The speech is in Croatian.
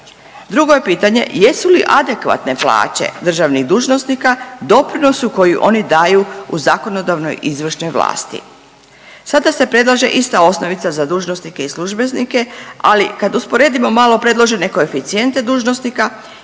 Drugo je pitanje jesu li adekvatne plaće državnih dužnosnika doprinos koji oni daju u zakonodavnoj i izvršnoj vlasti? Sada se predlaže ista osnovica za dužnosnike i službenike, ali kad usporedimo malo predložene koeficijente dužnosnika